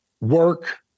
work